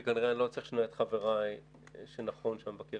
שכנראה אני לא אצליח לשכנע את חבריי שנכון שהמבקר